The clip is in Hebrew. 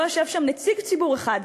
לא יושב שם נציג ציבור אחד,